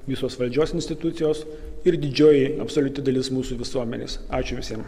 visos valdžios institucijos ir didžioji absoliuti dalis mūsų visuomenės ačiū visiem